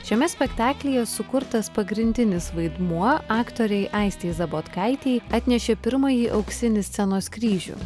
šiame spektaklyje sukurtas pagrindinis vaidmuo aktorei aistei zabotkaitei atnešė pirmąjį auksinį scenos kryžių